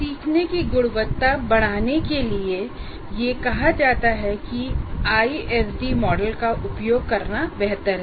सीखने की गुणवत्ता बढ़ाने के लिए यह कहा जाता है कि आईएसडी मॉडल का उपयोग करना बेहतर है